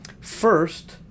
First